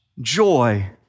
joy